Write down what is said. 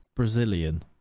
Brazilian